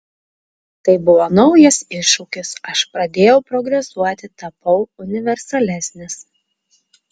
tai buvo naujas iššūkis aš pradėjau progresuoti tapau universalesnis